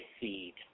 seed